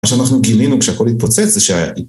מה שאנחנו גילינו כשהכל התפוצץ זה שה...